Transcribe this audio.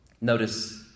Notice